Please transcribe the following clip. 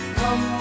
come